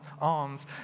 arms